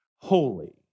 holy